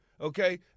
okay